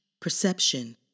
perception